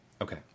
Okay